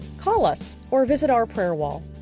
call us or visit our prayer wall.